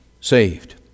saved